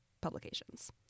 publications